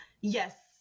Yes